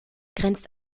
grenzt